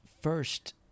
first